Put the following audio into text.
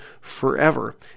forever